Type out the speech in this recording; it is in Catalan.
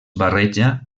barreja